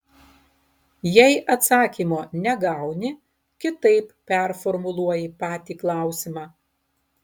jei atsakymo negauni kitaip performuluoji patį klausimą